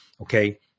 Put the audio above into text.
Okay